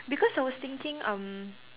because I was thinking um